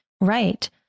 Right